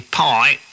pie